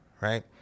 right